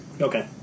Okay